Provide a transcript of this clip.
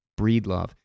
Breedlove